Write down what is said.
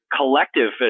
collective